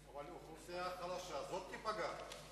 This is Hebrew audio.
אבל האוכלוסייה החלשה תיפגע,